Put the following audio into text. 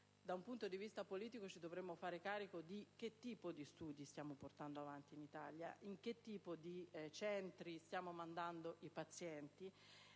da un punto di vista politico dovremmo chiederci quale tipo di studi stiamo portando avanti in Italia e in che tipo di centri stiamo inviando i pazienti;